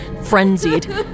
frenzied